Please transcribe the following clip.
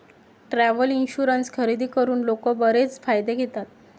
travel insurance खरेदी करून लोक बरेच फायदे घेतात